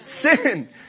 sin